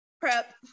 prep